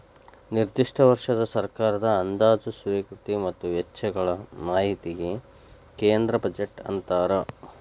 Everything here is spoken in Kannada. ನಿರ್ದಿಷ್ಟ ವರ್ಷದ ಸರ್ಕಾರದ ಅಂದಾಜ ಸ್ವೇಕೃತಿ ಮತ್ತ ವೆಚ್ಚಗಳ ಮಾಹಿತಿಗಿ ಕೇಂದ್ರ ಬಜೆಟ್ ಅಂತಾರ